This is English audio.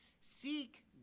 Seek